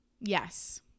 yes